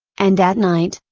and at night,